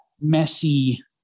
messy